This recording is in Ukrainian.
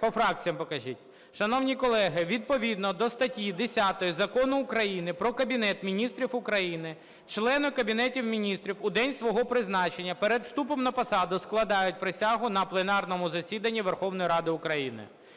По фракціях покажіть. Шановні колеги, відповідно до статті 10 Закону України "Про Кабінет Міністрів України" члени Кабінету Міністрів у день свого призначення перед вступом на посаду складають присягу на пленарному засіданні Верховної Ради України.